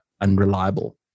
unreliable